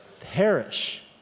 perish